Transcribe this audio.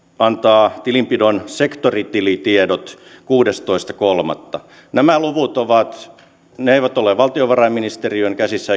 antaa tilinpidon sektoritilitiedot kuudestoista kolmatta nämä luvut nämä aikataulut eivät ole valtiovarainministeriön käsissä